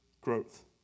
growth